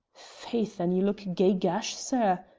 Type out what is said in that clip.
faith and ye look gey gash, sir,